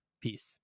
Peace